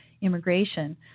immigration